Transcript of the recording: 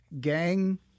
gang